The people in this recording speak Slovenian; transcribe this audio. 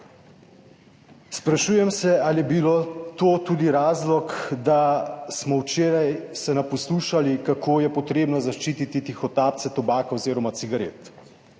Sprašujem se, ali je bil to tudi razlog, da smo se včeraj naposlušali, kako je potrebno zaščititi tihotapce tobaka oziroma cigaret.